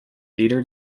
theatre